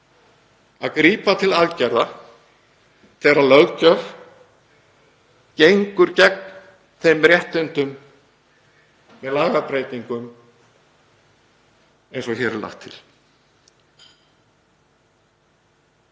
að grípa til aðgerða, þegar löggjöf gengur gegn þeim réttindum, með lagabreytingum eins og hér er lagt til.